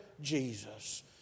Jesus